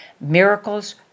Miracles